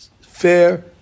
fair